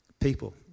people